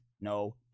no